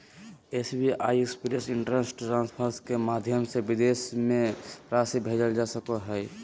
SBI express instant transfer के माध्यम से विदेश में राशि भेजल जा सको हइ